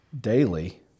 daily